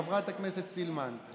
חברת הכנסת סילמן.